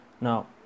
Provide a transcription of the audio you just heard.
now